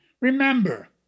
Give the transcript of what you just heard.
Remember